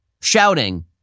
shouting